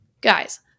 guys